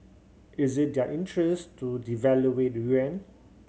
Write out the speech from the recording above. is it their interest to devalue yuan